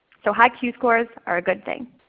so high q scores are a good thing.